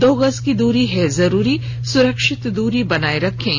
दो गज की दूरी है जरूरी सुरक्षित दूरी बनाए रखें